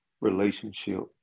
relationship